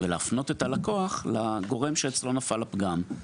ולהפנות את הלקוח לגורם שאצלו נפל הפגם.